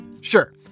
Sure